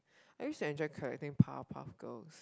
I used to enjoy collecting Powerpuff-Girls